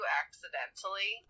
accidentally